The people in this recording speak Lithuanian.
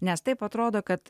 nes taip atrodo kad